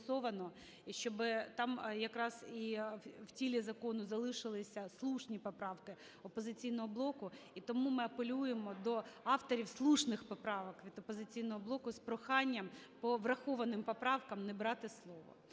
щоб там якраз в тілі закону залишилися слушні поправки "Опозиційного блоку", і тому ми апелюємо до авторів слушних поправок від "Опозиційного блоку" з проханням по врахованим поправкам не брати слово.